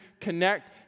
connect